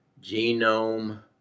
Genome